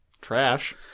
trash